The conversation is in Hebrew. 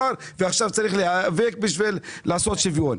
ועכשיו צריך להיאבק כדי שיהיה שוויון.